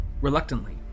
Reluctantly